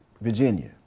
Virginia